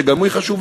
שגם היא חשובה,